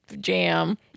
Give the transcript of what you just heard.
jam